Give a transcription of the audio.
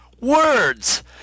Words